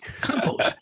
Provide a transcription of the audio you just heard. compost